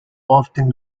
often